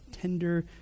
tender